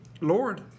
Lord